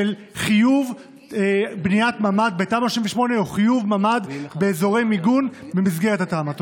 של חיוב בניית ממ"ד בתמ"א 38 או חיוב ממ"ד באזורי מיגון במסגרת התמ"א.